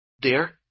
dear